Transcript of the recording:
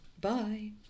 Bye